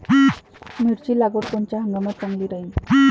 मिरची लागवड कोनच्या हंगामात चांगली राहीन?